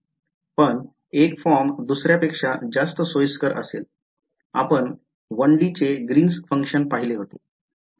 पण एक फॉर्म दुसऱ्या पेक्षा जास्त सोईस्कर असेल आपण 1D चे ग्रीन्स Function पाहिले होते